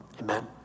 Amen